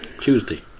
Tuesday